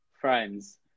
friends